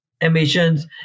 emissions